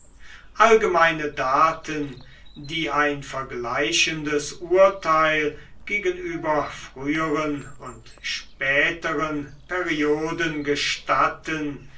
allgemeine daten die ein vergleichendes urteil gegenüber früheren und späteren perioden gestatteten